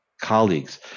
colleagues